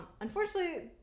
Unfortunately